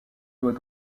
doit